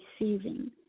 receiving